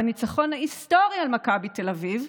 בניצחון ההיסטורי על מכבי תל אביב,